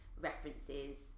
references